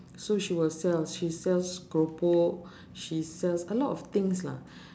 so she will sell she sells keropok she sells a lot of things lah